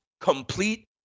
complete